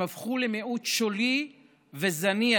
הם הפכו למיעוט שולי וזניח